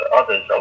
others